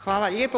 Hvala lijepo.